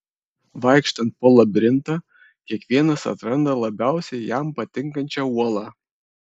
vaikštant po labirintą kiekvienas atranda labiausiai jam patinkančią uolą